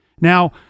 Now